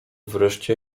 wreszcie